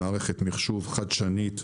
מערכת מחשוב חדשנית,